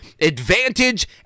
advantage